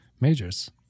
Majors